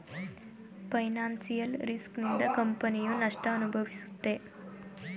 financial risk ನಿಂದ ಕಂಪನಿಯು ನಷ್ಟ ಅನುಭವಿಸುತ್ತೆ